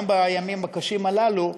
גם בימים הקשים הללו,